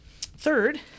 Third